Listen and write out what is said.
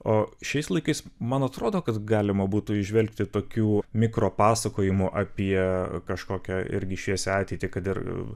o šiais laikais man atrodo kad galima būtų įžvelgti tokių mikro pasakojimų apie kažkokią irgi šviesią ateitį kad ir